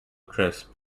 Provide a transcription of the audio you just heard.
crisp